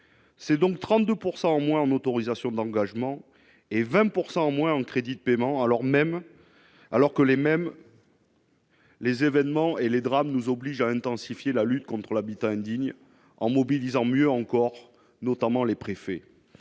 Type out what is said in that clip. c'est donc 32 pourcent en moins en autorisations d'engagement et 20 pourcent en moins en crédits de paiement alors même, alors que les mêmes. Les événements et les drames nous oblige à intensifier la lutte contre l'habitat indigne, en mobilisant mieux encore, notamment les préfets